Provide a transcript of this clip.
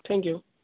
thank you